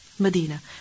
Medina